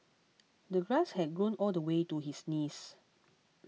the grass had grown all the way to his knees